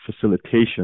facilitation